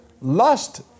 lust